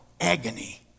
agony